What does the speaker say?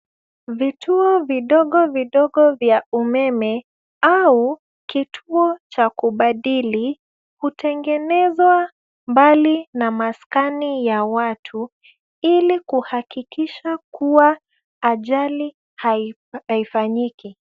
Vituo vidogovidogo vya umeme au kituo cha kubadili hutengenezwa mbali na maskani ya watu ili kuhakikisha kuwa ajali haifanyiki.